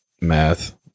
math